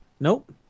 nope